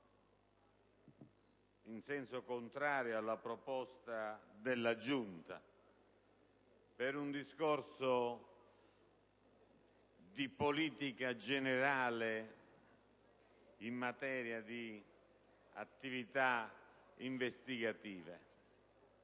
in senso contrario alla proposta della Giunta per un discorso di politica generale in materia di attività investigative.